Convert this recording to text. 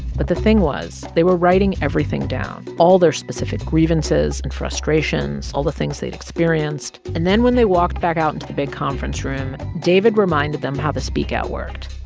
but the thing was, they were writing everything down all their specific grievances and frustrations, all the things they'd experienced. and then when they walked back out into the big conference room, david reminded them how the speak out worked.